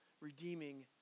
redeeming